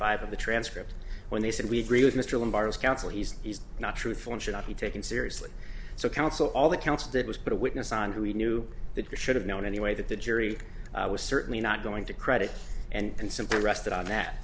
five of the transcript when they said we agree with mr wynn virus counsel he's he's not truthful and should not be taken seriously so counsel all the counts did was put a witness on who knew that you should have known anyway that the jury was certainly not going to credit and simply rested on that